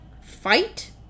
fight